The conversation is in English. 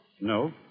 No